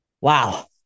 Wow